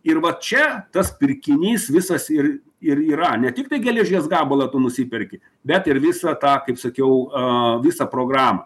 ir vat čia tas pirkinys visas ir ir yra ne tik tai geležies gabalą tu nusiperki bet ir visą tą kaip sakiau a visą programą